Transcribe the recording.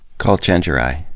call chenjerai.